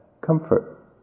comfort